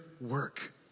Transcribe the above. work